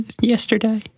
yesterday